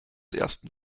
ersten